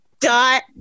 dot